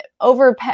over